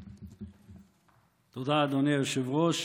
תודה, אדוני היושב-ראש.